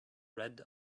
red